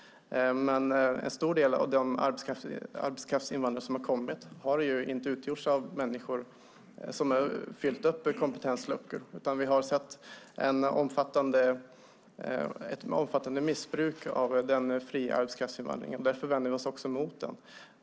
En stor del av de arbetskraftsinvandrare som kommit har dock inte varit människor som fyllt kompetensluckor. Vi har i stället sett ett omfattande missbruk av den fria arbetskraftsinvandringen, och därför vänder vi oss emot den.